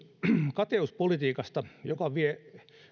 kateuspolitiikasta joka vie